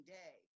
day